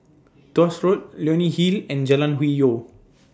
Tuas Road Leonie Hill and Jalan Hwi Yoh